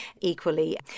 equally